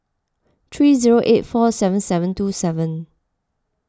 three zero eight four seven seven two seven